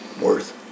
worth